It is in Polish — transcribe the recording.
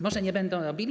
Może nie będą robić.